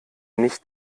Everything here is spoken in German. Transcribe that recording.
nicht